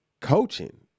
coaching